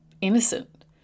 innocent